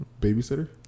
Babysitter